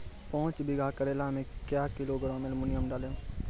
पाँच बीघा करेला मे क्या किलोग्राम एलमुनियम डालें?